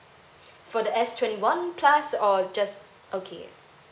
for the S twenty one plus or just okay